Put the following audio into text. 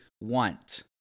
want